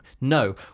No